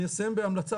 אני אסיים בהמלצה.